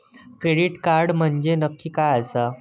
Credit card म्हंजे नक्की काय आसा?